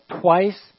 twice